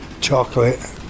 ...chocolate